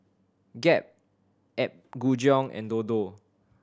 Gap Apgujeong and Dodo